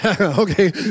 Okay